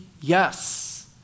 yes